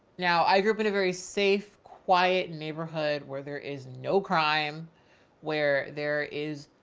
now. i grew up in a very safe, quiet neighborhood where there is no crime where there is